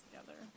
together